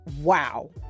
wow